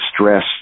stress